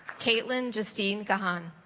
kaitlyn justine kahan